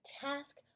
task